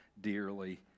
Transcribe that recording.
dearly